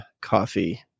coffee